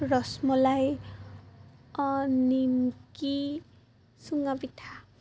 ৰসমলাই নিমকি চুঙাপিঠা